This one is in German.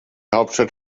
hauptstadt